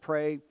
Pray